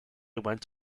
went